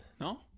No